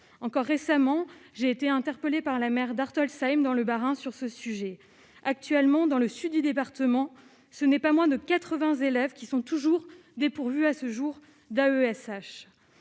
encore récemment j'ai été interpellé par la mère d'articles sème dans le Bas-Rhin, sur ce sujet actuellement dans le sud du département, ce n'est pas moins de 80 élèves qui sont toujours dépourvues, à ce jour d'AESH